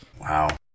Wow